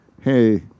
Hey